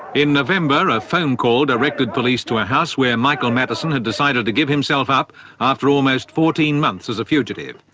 in november a phone call directed police to a house where michael matteson had decided to give himself up after almost fourteen months as a fugitive.